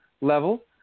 level